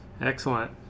excellent